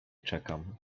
czekam